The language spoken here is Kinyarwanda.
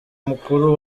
mukuru